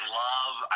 love